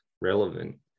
relevant